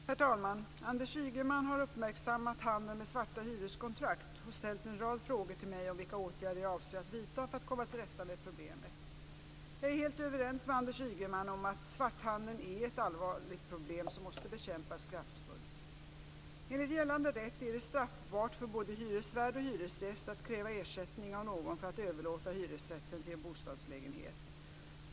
Herr talman! Anders Ygeman har uppmärksammat handeln med svarta hyreskontrakt och ställt en rad frågor till mig om vilka åtgärder jag avser att vidta för att komma till rätta med problemet. Jag är helt överens med Anders Ygeman om att svarthandeln är ett allvarligt problem som måste bekämpas kraftfullt. Enligt gällande rätt är det straffbart för både hyresvärd och hyresgäst att kräva ersättning av någon för att överlåta hyresrätten till en bostadslägenhet.